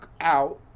out